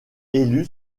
élue